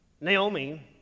Naomi